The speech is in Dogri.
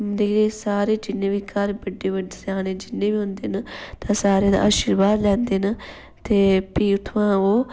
जिन्ने बी सारे जिन्ने बी घर बड्डे बड्डे स्याने जिन्ने बी होंदे न सारें दा आर्शीवाद लैंदे न ते फ्ही उत्थुआं ओह्